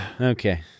Okay